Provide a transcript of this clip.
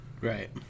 Right